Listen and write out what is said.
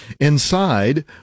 inside